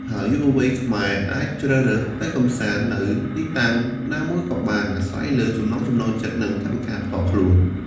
ហើយយុវវ័យខ្មែរអាចជ្រើសរើសទៅកម្សាន្តនៅទីតាំងណាមួយក៏បាន អាស្រ័យលើចំណង់ចំណូលចិត្ត និងថវិកាផ្ទាល់ខ្លួន។